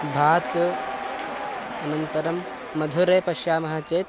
भात् अनन्तरं मधुरे पश्यामः चेत्